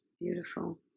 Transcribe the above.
Beautiful